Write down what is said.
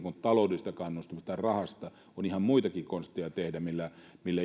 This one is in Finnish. kuin taloudellista kannustinta tai rahaa on ihan muitakin konsteja millä